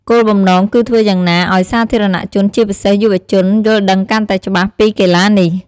គោលបំណងគឺធ្វើយ៉ាងណាឲ្យសាធារណជន ជាពិសេសយុវជន យល់ដឹងកាន់តែច្បាស់ពីកីឡានេះ។